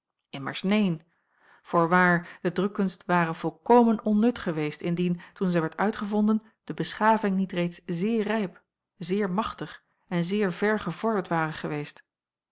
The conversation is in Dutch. immers neen voorwaar de drukkunst ware volkomen onnut geweest indien toen zij werd uitgevonden de beschaving niet reeds zeer rijp zeer machtig en zeer ver gevorderd ware geweest